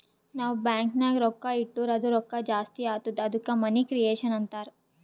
ನಾವ್ ಬ್ಯಾಂಕ್ ನಾಗ್ ರೊಕ್ಕಾ ಇಟ್ಟುರ್ ಅದು ರೊಕ್ಕಾ ಜಾಸ್ತಿ ಆತ್ತುದ ಅದ್ದುಕ ಮನಿ ಕ್ರಿಯೇಷನ್ ಅಂತಾರ್